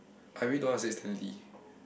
I really don't ask it tally